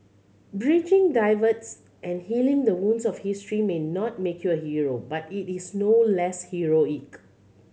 bridging divides and healing the wounds of history may not make you a hero but it is no less heroic